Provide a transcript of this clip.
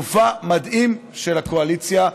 מופע מדהים של הקואליציה,